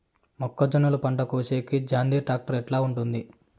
మొక్కజొన్నలు పంట కోసేకి జాన్డీర్ టాక్టర్ ఎట్లా ఉంటుంది?